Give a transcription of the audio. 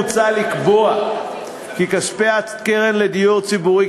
מוצע לקבוע כי כספי הקרן לדיור ציבורי,